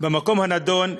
במקום הנדון,